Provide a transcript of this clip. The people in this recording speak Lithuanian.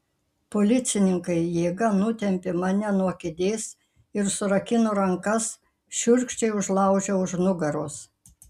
policininkai jėga nutempė mane nuo kėdės ir surakino rankas šiurkščiai užlaužę už nugaros